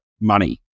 money